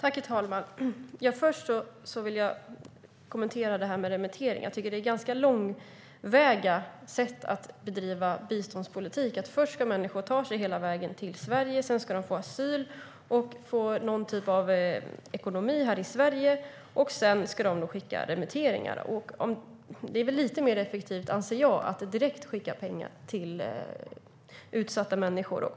Herr talman! Jag vill kommentera detta med remitteringar. Det är ett ganska långsökt sätt att bedriva biståndspolitik att människor först ska ta sig hela vägen till Sverige, få asyl och någon typ av ekonomi här och sedan skicka remitteringar. Jag anser att det vore mer effektivt att skicka pengar direkt till utsatta människor.